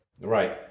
Right